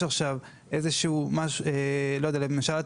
למשל,